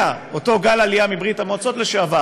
אותו גל עלייה מברית המועצות לשעבר,